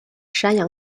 山羊